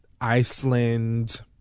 Iceland